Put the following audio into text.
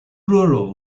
rural